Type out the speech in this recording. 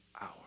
hour